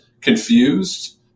confused